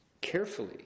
carefully